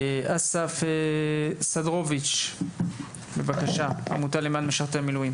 אסף סנדרוביץ', עמותה למען משרתי מילואים.